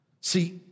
See